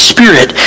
Spirit